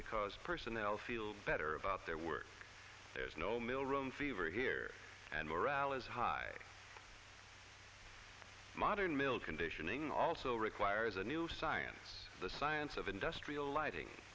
because personnel feel better about their work there's no mill room fever here and morale is high modern mill conditioning also requires a new science the science of industrial lighting